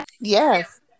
Yes